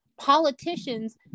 politicians